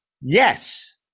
yes